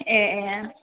ए ए